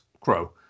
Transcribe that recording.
crow